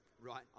right